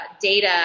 data